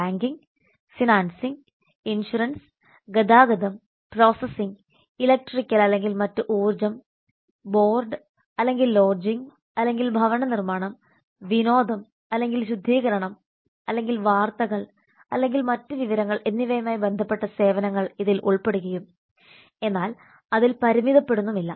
banking financing insurance ഗതാഗതം processing electrical അല്ലെങ്കിൽ മറ്റ് ഊർജ്ജം ബോർഡ് അല്ലെങ്കിൽ ലോഡ്ജിംഗ് അല്ലെങ്കിൽ ഭവന നിർമ്മാണം വിനോദം വിനോദം അല്ലെങ്കിൽ ശുദ്ധീകരണം അല്ലെങ്കിൽ വാർത്തകൾ അല്ലെങ്കിൽ മറ്റ് വിവരങ്ങൾ എന്നിവയുമായി ബന്ധപ്പെട്ട സേവനങ്ങൾ ഇതിൽ ഉൾപ്പെടുകയും എന്നാൽ അതിൽ പരിമിതപ്പെടുന്നുമില്ല